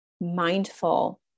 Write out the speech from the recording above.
mindful